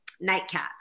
Nightcap